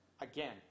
Again